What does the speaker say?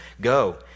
Go